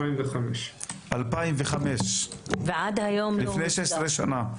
2005. לפני 18 שנה.